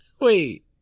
Wait